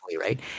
right